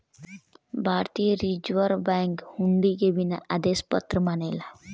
भारतीय reserve bank हुंडी के बिना आदेश वाला पत्र मानेला